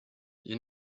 you